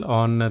on